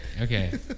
Okay